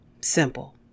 simple